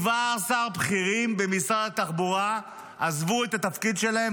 17 בכירים במשרד התחבורה עזבו את תפקידם,